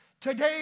Today